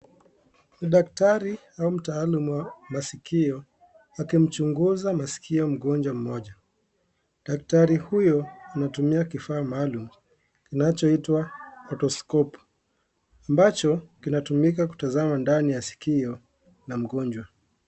Daktari au mtaalamu wa masikio akimchunguza masikio mgonjwa mmoja. Daktari huyo anatumia kifaa maalum kinachoitwa otoskopu ambacho kinatumika kutazama ndani ya sikio la mgonjwa.